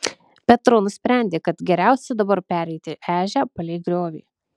petro nusprendė kad geriausia dabar pereiti ežią palei griovį